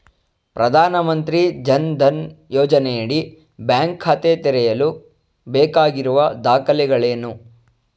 ಪ್ರಧಾನಮಂತ್ರಿ ಜನ್ ಧನ್ ಯೋಜನೆಯಡಿ ಬ್ಯಾಂಕ್ ಖಾತೆ ತೆರೆಯಲು ಬೇಕಾಗಿರುವ ದಾಖಲೆಗಳೇನು?